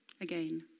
again